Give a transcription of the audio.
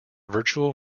virtual